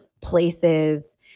places